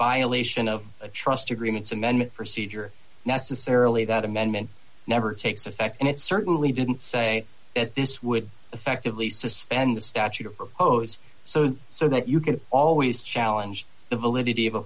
violation of a trust agreement some men procedure necessarily that amendment never takes effect and it certainly didn't say that this would effectively suspend the statute or posed so so that you could always challenge the validity of a